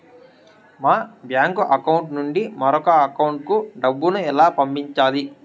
మా bank account నుండి మరొక అకౌంట్ కు డబ్బును ఎలా పంపించాలి